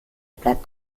bleibt